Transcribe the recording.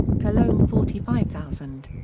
cologne forty five thousand.